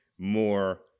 More